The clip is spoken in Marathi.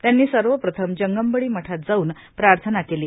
त्यांनी सर्वप्रथम जंगम बडी मठात जाऊन प्रार्थना केली